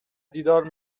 دیدارم